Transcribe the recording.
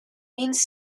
means